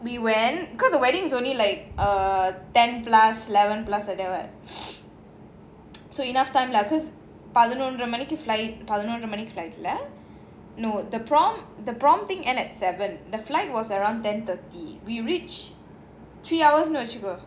we went cause the wedding is only like err ten plus eleven plus like that [what] so enough time lah cause பதினொன்றமணிக்கு:pathinonra maniku flight no the prom thing end at seven the flight was around ten thirty we reached three hours வச்சிக்கோ:vachchiko